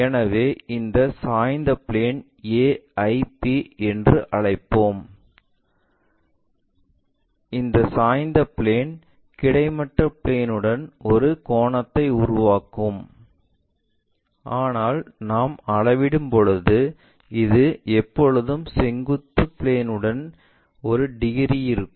எனவே இந்த சாய்ந்த பிளேன் AIP என்று அழைப்போம் இந்த சாய்ந்த பிளேன் கிடைமட்ட பிளேன் உடன் ஒரு கோணத்தை உருவாக்கும் ஆனால் நாம் அளவிடும்போது இது எப்போதும் செங்குத்து பிளேன் உடன் டிகிரி இருக்கும்